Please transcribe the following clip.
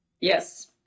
Yes